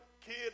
kid